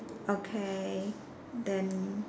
okay then